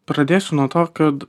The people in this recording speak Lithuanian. pradėsiu nuo to kad